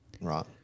Right